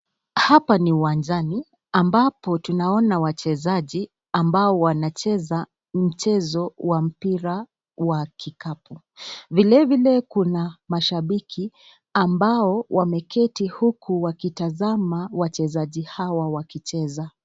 Hapa ni uwanjani ambapo tunaona wachezaji ambao wanacheza mchezo wa mpira wa kikapu. Vilevile kuna mashabiki ambao wameketi huku wakitazama wachezaji hawa wakicheza.